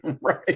right